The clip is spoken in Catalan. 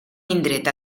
indret